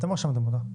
אתם רשמתם אותה.